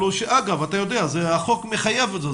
אגב, אתה יודע, החוק מחייב את זה.